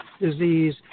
disease